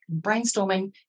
brainstorming